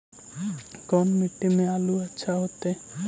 कोन मट्टी में आलु अच्छा होतै?